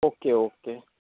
okay okay